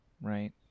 Right